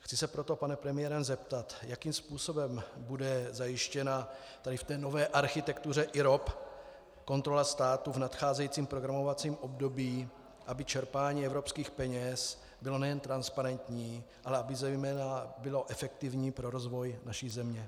Chci se proto, pane premiére, zeptat, jakým způsobem bude zajištěna v nové architektuře IROP kontrola státu v nadcházejícím programovacím období, aby čerpání evropských peněz bylo nejen transparentní, ale aby bylo zejména efektivní pro rozvoj naší země.